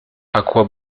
quoi